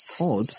odd